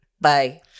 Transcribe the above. Bye